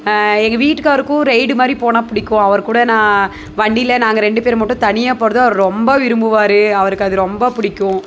எங்கள் வீட்டுக்காருக்கும் ரைடு மாதிரி போனால் பிடிக்கும் அவருக்கூட நான் வண்டியில் நாங்கள் ரெண்டு பேரும் மட்டும் தனியாக போகிறத அவர் ரொம்ப விரும்புவாரு அவருக்கு அது ரொம்ப பிடிக்கும்